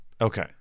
Okay